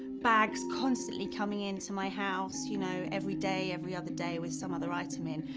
bags constantly coming into my house, you know, every day, every other day with some other item in,